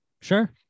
Sure